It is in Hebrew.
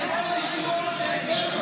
זה כמו לשלוח את בן גביר,